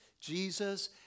Jesus